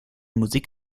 musik